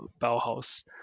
Bauhaus